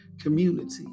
community